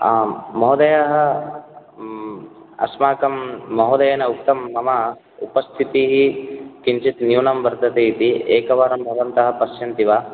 आं महोदयः अस्माकं महोदयेन उक्तं मम उपस्थितिः किञ्चित् न्यूनं वर्ततेति एकवारं भवन्तः पश्यन्ति वा